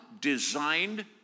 designed